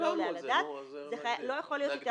זה לא יעלה על הדעת.